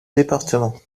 département